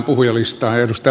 arvoisa puhemies